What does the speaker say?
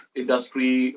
industry